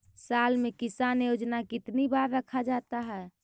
साल में किसान योजना कितनी बार रखा जाता है?